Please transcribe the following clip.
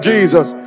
Jesus